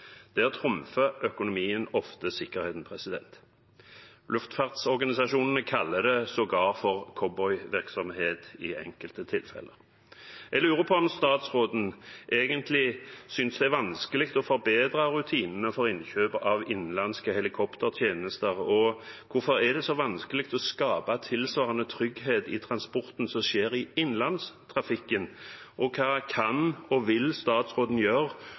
økonomien ofte sikkerheten. Luftfartsorganisasjonene kaller det sågar i enkelte tilfeller for cowboyvirksomhet. Jeg lurer på om statsråden synes det er vanskelig å forbedre rutinene for innkjøp av innenlandske helikoptertjenester. Hvorfor er det så vanskelig å skape tilsvarende trygghet i den transporten som skjer i innlandstrafikken? Og hva kan og vil statsråden gjøre,